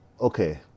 okay